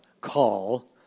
call